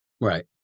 Right